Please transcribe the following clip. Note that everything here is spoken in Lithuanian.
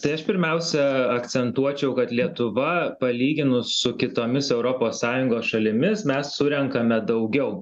tai aš pirmiausia akcentuočiau kad lietuva palyginus su kitomis europos sąjungos šalimis mes surenkame daugiau